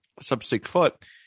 sub-six-foot